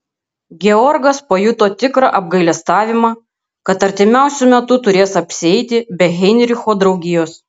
georgas pajuto tikrą apgailestavimą kad artimiausiu metu turės apsieiti be heinricho draugijos